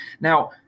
now